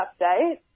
update